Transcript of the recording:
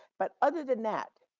but other than that,